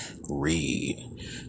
read